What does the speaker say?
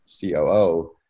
COO